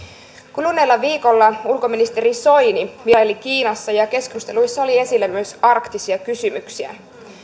kuluneella viikolla ulkoministeri soini vieraili kiinassa ja keskusteluissa oli esillä myös arktisia kysymyksiä